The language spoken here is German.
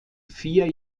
vier